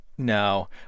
No